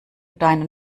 deinen